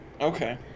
Okay